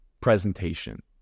presentation